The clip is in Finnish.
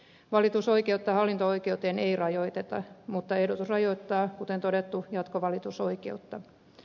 valitusoikeutta hallinto oikeuteen ei rajoiteta mutta ehdotus rajoittaa kuten todettu jatkovalitusoikeutta